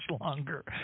longer